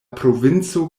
provinco